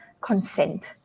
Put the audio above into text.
consent